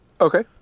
Okay